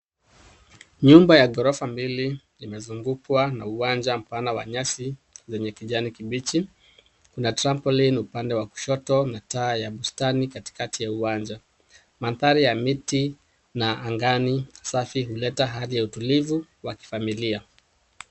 Nyumba ya ghorofa mbili imezungukwa na uwanja mpana wa nyasi zenye kijani kibichi. Kuna trampoline upande wa kushoto na taa ya bustani katikati ya uwanja. Mandhari ya miti na angani safi huleta haha ya utulivu wa kifamilia.